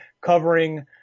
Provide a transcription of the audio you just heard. covering